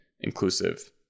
inclusive